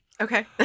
Okay